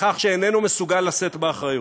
בכך שאיננו מסוגל לשאת באחריות.